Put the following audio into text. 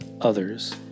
others